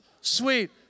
sweet